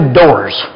doors